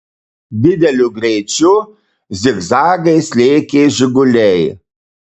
dideliu greičiu zigzagais lėkė žiguliai